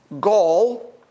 gall